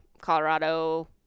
Colorado